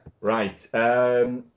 Right